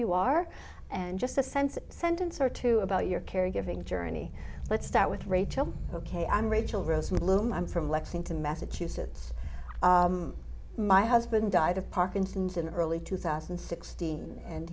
you are and just a sense a sentence or two about your carrie giving journey let's start with rachel ok i'm rachel rosenbloom i'm from lexington massachusetts my husband died of parkinson's in early two thousand and sixteen and